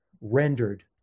rendered